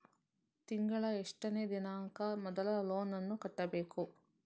ತಿಂಗಳ ಎಷ್ಟನೇ ದಿನಾಂಕ ಮೊದಲು ಲೋನ್ ನನ್ನ ಕಟ್ಟಬೇಕು?